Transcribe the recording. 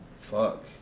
Fuck